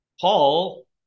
Paul